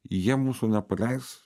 jie mūsų nepaleis